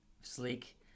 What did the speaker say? sleek